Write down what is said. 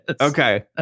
Okay